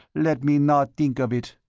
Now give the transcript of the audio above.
let me not think of it.